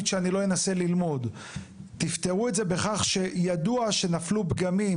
שאני לא אנסה ללמוד תפתרו את זה בכך שידוע שנפלו פגמים